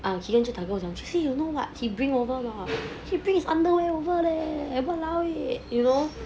um keegan 就打给我讲 tracy you know what he bring over or not he bring his underwear over leh !walao! eh you know